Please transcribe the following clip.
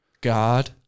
God